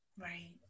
Right